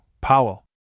Powell